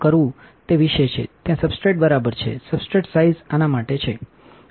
કરવુંતેવિશે છે ત્યાં સબસ્ટ્રેટ બરાબર છેસબસ્ટ્રેટ સાઇઝ આના માટે છે